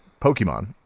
Pokemon